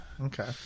Okay